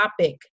topic